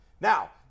Now